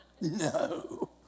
No